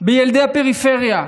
בילדי הפריפריה?